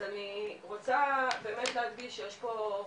אז אני רוצה באמת להדגיש שיש פה,